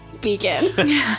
beacon